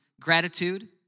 gratitude